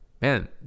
Man